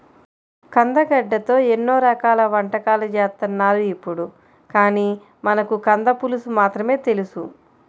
కందగడ్డతో ఎన్నో రకాల వంటకాలు చేత్తన్నారు ఇప్పుడు, కానీ మనకు కంద పులుసు మాత్రమే తెలుసు